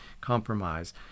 compromise